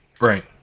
Right